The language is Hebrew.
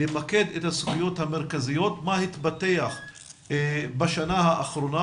למקד את הזכויות המרכזיות ולראות מה התפתח בשנה האחרונה.